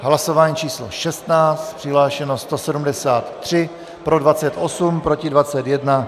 V hlasování číslo 16 přihlášeno 173, pro 28, proti 21.